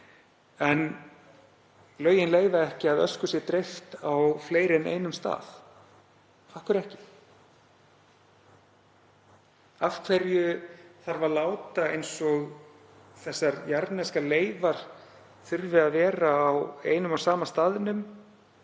en lögin leyfa ekki að ösku sé dreift á fleiri en einum stað. Af hverju ekki? Af hverju þarf að láta eins og að jarðneskar leifar þurfi að vera á einum og sama staðnum